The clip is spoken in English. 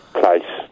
place